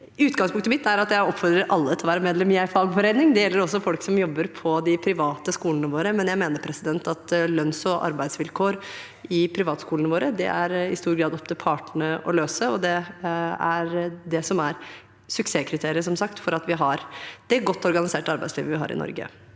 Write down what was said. Utgangspunktet mitt er at jeg oppfordrer alle til å være medlem i en fagforening. Det gjelder også folk som jobber på de private skolene våre, men lønns- og arbeidsvilkår i privatskolene våre er i stor grad opp til partene å bestemme. Det er som sagt suksesskriteriet for det godt organiserte arbeidslivet vi har i Norge,